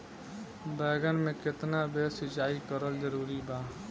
बैगन में केतना बेर सिचाई करल जरूरी बा?